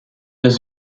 dans